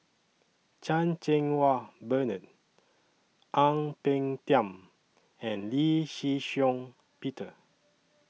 Chan Cheng Wah Bernard Ang Peng Tiam and Lee Shih Shiong Peter